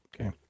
Okay